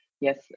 Yes